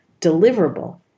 deliverable